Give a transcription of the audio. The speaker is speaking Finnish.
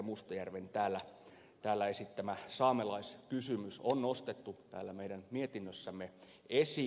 mustajärven täällä esittämä saamelaiskysymys on nostettu meidän mietinnössämme esiin